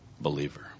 believer